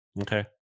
Okay